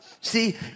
See